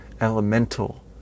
elemental